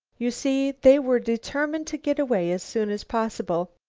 you see, they were determined to get away as soon as possible.